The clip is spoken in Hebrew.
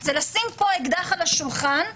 זה לשים פה אקדח על השולחן ולומר: